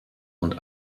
und